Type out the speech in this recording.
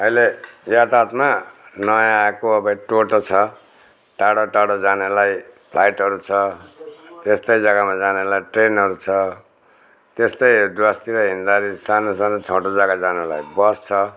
अहिले यातायातमा नयाँ आएको अब टोटो छ टाढो टाढो जानेलाई फ्लाइटहरू छ त्यस्तै जग्गामा जानेलाई ट्रेनहरू छ त्यस्तै डुवर्सतिर हिँड्दाखेरि सानो सानो छोटो जग्गा जानुलाई बस छ